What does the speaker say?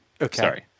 Okay